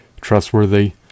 trustworthy